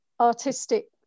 artistic